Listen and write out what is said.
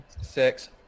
Six